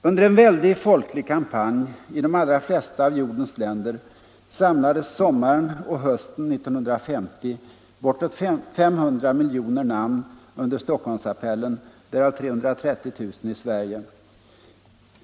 Under en väldig folklig kampanj i de allra flesta av jordens länder samlades sommaren och hösten 1950 bortåt 500 miljoner namn under Stockholmsappellen; därav 330 000 i Sverige.